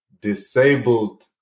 disabled